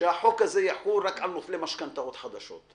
שהחוק הזה יחול רק על נוטלי משכנתאות חדשות.